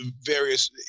various